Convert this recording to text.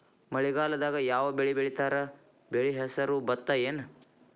ಮಳೆಗಾಲದಾಗ್ ಯಾವ್ ಬೆಳಿ ಬೆಳಿತಾರ, ಬೆಳಿ ಹೆಸರು ಭತ್ತ ಏನ್?